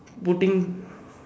putting